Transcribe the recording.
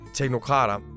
teknokrater